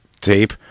tape